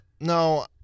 No